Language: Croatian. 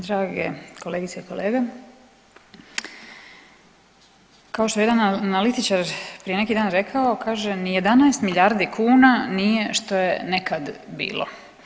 Drage kolegice i kolege, kao što je jedan analitičar prije neki dan rekao kaže ni 11 milijardi kuna nije što je nekad bilo.